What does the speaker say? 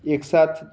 एक साथ